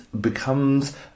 becomes